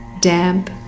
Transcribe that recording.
damp